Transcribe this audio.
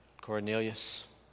Cornelius